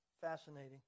fascinating